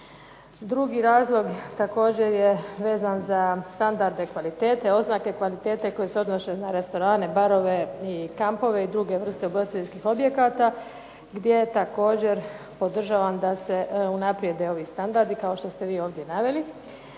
Drugi razlog također je vezan za standarde, kvalitete, oznake kvalitete koji se odnose na restorane, barove i kampove i druge vrste ugostiteljskih objekata gdje također podržavam da se unaprijede ovi standardi kao što ste vi ovdje naveli,